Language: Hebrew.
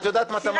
את יודעת מה, תמר?